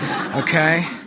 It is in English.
okay